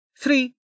Three